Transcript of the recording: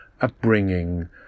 upbringing